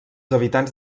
habitants